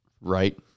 right